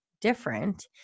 different